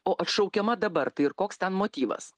o atšaukiama dabar tai ir koks ten motyvas